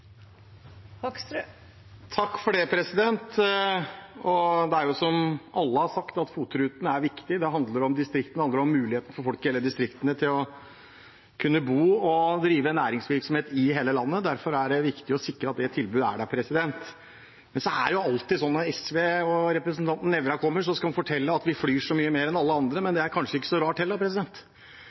Det handler om distriktene, det handler om mulighetene for folk i distriktene til å kunne bo og drive næringsvirksomhet i hele landet. Derfor er det viktig å sikre at det tilbudet er der. Så er det alltid sånn når SV og representanten Nævra kommer, at han skal fortelle at vi flyr så mye mer enn alle andre, men det er kanskje ikke så rart. En av kollegaene hans i denne salen kunne tatt toget fra Mosjøen til